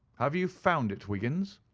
have you found it, wiggins?